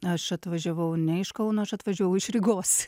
aš atvažiavau ne iš kauno aš atvažiavau iš rygos